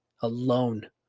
alone